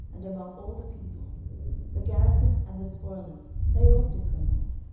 and among all the people the garrison, and the spoilers, they also trembled,